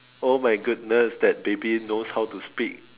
oh my goodness that baby knows how to speak